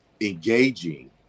engaging